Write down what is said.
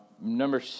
Number